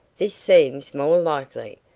this seems more likely.